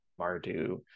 Mardu